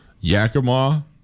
Yakima